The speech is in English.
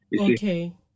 Okay